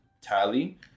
Tally